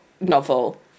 novel